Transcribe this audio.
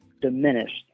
diminished